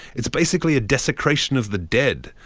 it's basically a desecration of the dead.